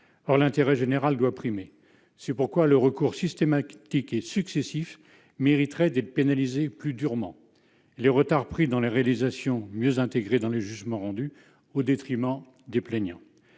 Or l'intérêt général doit primer, c'est pourquoi les recours systématiques et successifs mériteraient d'être pénalisés plus durement et les retards pris dans les réalisations mieux intégrés dans les jugements rendus au détriment des plaignants.